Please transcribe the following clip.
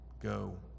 go